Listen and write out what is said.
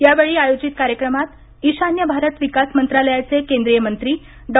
या वेळी आयोजित कार्यक्रमात ईशान्य भारत विकास मंत्रालयाचे केंद्रीय मंत्री डॉ